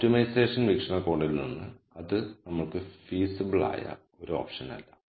optimisation വീക്ഷണകോണിൽ നിന്ന് അത് നമ്മൾക്ക് ഫീസിബിആ യ ഒരു ഓപ്ഷനല്ല